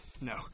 No